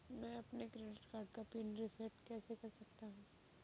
मैं अपने credit card का पिन रिसेट कैसे कर सकता हूँ?